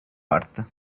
art